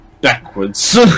backwards